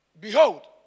behold